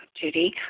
Judy